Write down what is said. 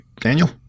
Daniel